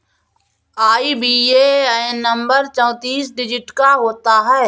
IBAN नंबर चौतीस digit का होता है